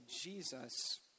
Jesus